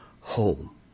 home